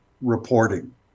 reporting